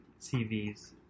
CVs